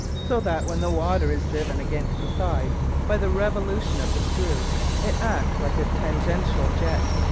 so that when the water is driven against the side by the revolution of the screw it acts like a tangential jet.